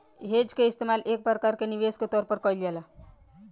hedge के इस्तेमाल एक प्रकार के निवेश के तौर पर कईल जाला